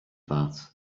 that